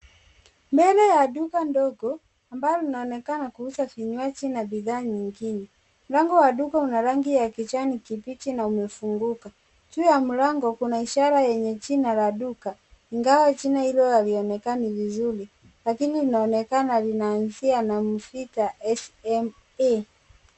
Mbele ya duka ndogo ambalo linaonekana kuuza vinywaji na bidhaa nyingine. Mlango wa duka una rangi ya kijani kibichi na umefunguka. Juu ya mlango kuna ishara yenye jina la duka ingawa jina hilo halionekani vizuri lakini linaonekana linaanzia na Mvita SMA.